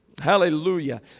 Hallelujah